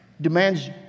demands